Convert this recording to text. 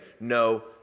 no